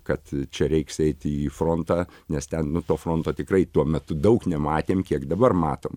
kad čia reiks eiti į frontą nes ten nu to fronto tikrai tuo metu daug nematėm kiek dabar matom